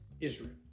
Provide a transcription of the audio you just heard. Israel